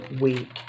week